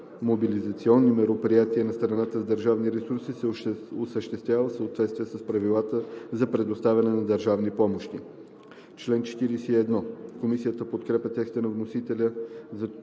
отбранително-мобилизационни мероприятия на страната с държавни ресурси се осъществява в съответствие с правилата за предоставяне на държавни помощи.“ Комисията подкрепя текста на вносителя за §